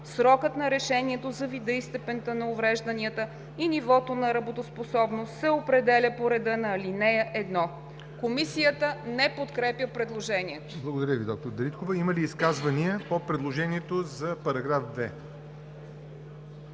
срокът на решението за вида и степента на уврежданията и нивото на работоспособност се определя по реда на ал. 1.“ Комисията не подкрепя предложението.